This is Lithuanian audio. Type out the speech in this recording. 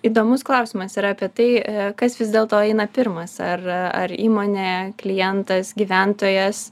įdomus klausimas yra apie tai kas vis dėlto eina pirmas ar ar įmonė klientas gyventojas